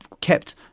kept